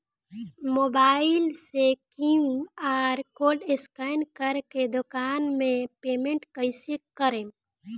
Mobile से QR code scan कर के दुकान मे पेमेंट कईसे करेम?